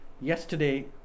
yesterday